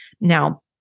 Now